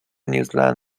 نیوزیلند